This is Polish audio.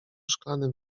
szklanym